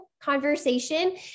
conversation